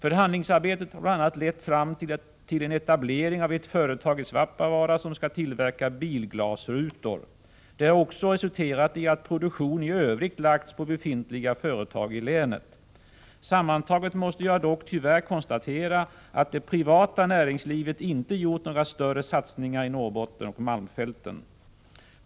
Förhandlingsarbetet har bl.a. lett fram till en etablering av ett företag i Svappavaara som skall tillverka bilglasrutor. Det har också resulterat i att produktion i övrigt lagts på befintliga företag i länet. Sammantaget måste jag dock tyvärr konstatera att det privata näringslivet inte gjort några större satsningar i Norrbotten och malmfälten.